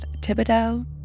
Thibodeau